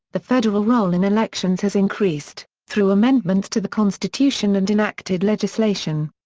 the federal role in elections has increased, through amendments to the constitution and enacted legislation.